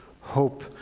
hope